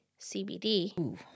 cbd